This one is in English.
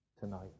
tonight